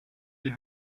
die